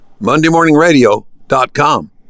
MondayMorningRadio.com